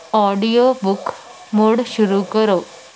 audio book ਮੁੜ ਸ਼ੁਰੂ ਕਰੋ